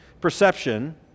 perception